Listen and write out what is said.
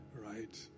Right